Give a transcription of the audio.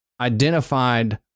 identified